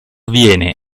viene